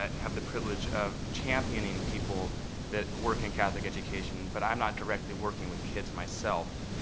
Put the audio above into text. have the privilege of championing people that work in catholic education but i'm not directly working with kids myself.